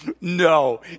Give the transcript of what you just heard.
No